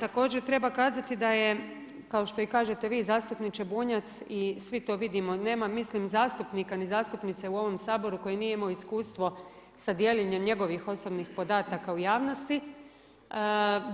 Također, treba kazati da je kao što i kažete vi zastupniče Bunjac i svi to vidimo, nema mislim zastupnika ni zastupnice u ovom Saboru koji nije imao iskustvo sa dijeljenjem njegovih osobnih podataka u javnosti